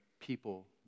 People